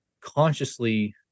consciously